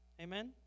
Amen